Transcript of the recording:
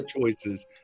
choices